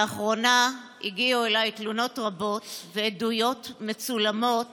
לאחרונה הגיעו אליי תלונות רבות ועדויות מצולמות